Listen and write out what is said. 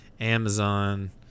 Amazon